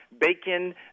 bacon